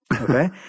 okay